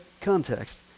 context